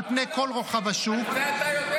פני כל רוחב השוק --- אבל לא אוכפים,